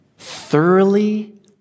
thoroughly